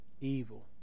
evil